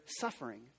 suffering